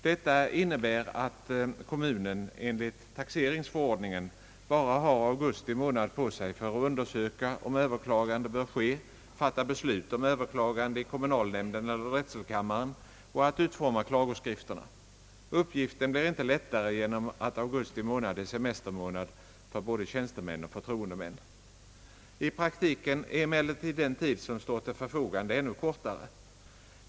Detta innebär att kommunen enligt taxeringsförordningen bara har augusti månad på sig för att undersöka om överklagande bör ske, för att i kommunalnämnden eller drätselkammaren fatta beslut om överklagande och för att utforma klagoskrifterna. Uppgiften blir inte lättare genom att augusti är semestermånad för både tjänstemän och förtroendemän. I praktiken blir emellertid den tid som står till förfogande ännu kortare.